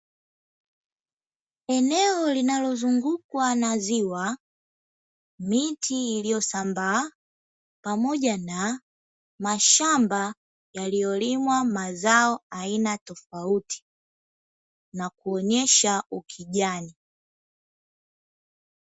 Eneo linalozungukwa na ziwa, miti iliyosambaa, pamoja na mashamba yaliyolimwa mazao aina tofauti, na kuonyesha ukijani.